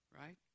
Right